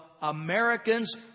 Americans